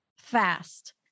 fast